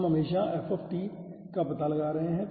हम हमेशा F का पता लगा रहे हैं